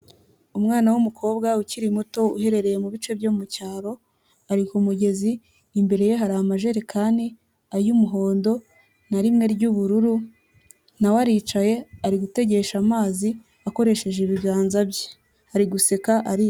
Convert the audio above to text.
Umwana w'umukobwa ukiri muto uherereye mubice byo mucyaro ari ku mugezi imbere ye hari amajerekani ay'umuhondo na rimwe ry'ubururu na we aricaye ari gutegesha amazi akoresheje ibiganza bye ari guseka arira.